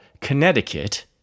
Connecticut